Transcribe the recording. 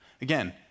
Again